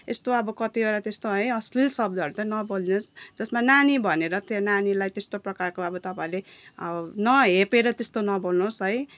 यस्तो अब कतिवटा त्यस्तो है अश्लील शब्दहरू त नबोलिदिनु होस् जसमा नानी भनेर त्यो नानीलाई त्यस्तो प्रकारको अब तपाईँहरूले नहेपेर त्यस्तो नबोल्नुहोस् है